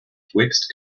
twixt